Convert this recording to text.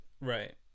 Right